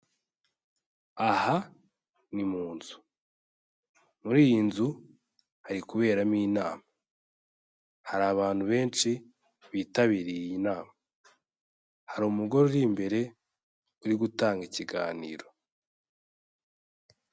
Aha ni mu nzu, muri iyi nzu hari kuberamo inama hari abantu benshi bitabiriye iyi nama, hari umugore uri imbere uri gutanga ikiganiro.